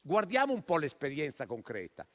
guardiamo un po' l'esperienza concreta: